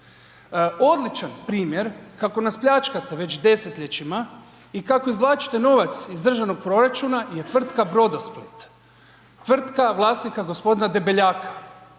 Odličan primjer kako nas pljačkate već desetljećima i kako izvlačite novac iz državnog proračuna je tvrtka Brodosplit. Tvrtka vlasnika g. Debeljaka.